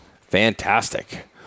fantastic